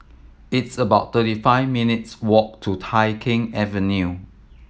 it's about thirty five minutes' walk to Tai Keng Avenue